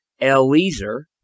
eliezer